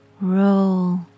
roll